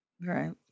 Right